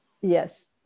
Yes